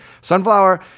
Sunflower